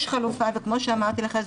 יש חלופה וכמו שאמרתי לך,